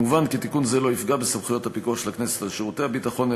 מובן כי תיקון זה לא יפגע בסמכויות הפיקוח של הכנסת על שירותי הביטחון,